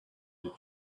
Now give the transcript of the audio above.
the